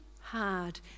hard